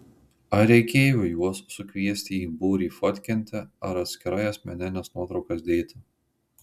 ar reikėjo juos sukviesti į būrį fotkinti ar atskirai asmenines nuotraukas dėti